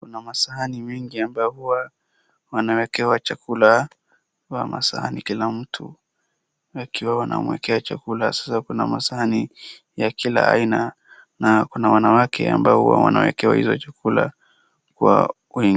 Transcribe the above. Kuna masahani mingi ambayo huwa wanawekewa chakula na masahani kila mtu akiwa wanamwekea chakula na sasa kuna masahani ya kila aina na kuna wanawake ambao huwa wanawekewa hiyo chakula kwa...